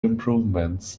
improvements